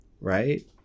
right